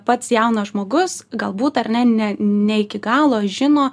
pats jaunas žmogus galbūt ar ne ne ne iki galo žino